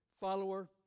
follower